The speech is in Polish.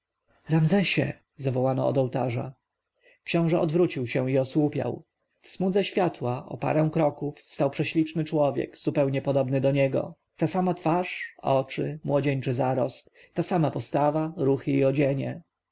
ramzesie zawołano od ołtarza książę odwrócił się i osłupiał w smudze światła o parę kroków stał prześliczny człowiek zupełnie podobny do niego ta sama twarz oczy młodzieńczy zarost ta sama postawa ruchy i odzienie